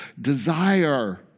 desire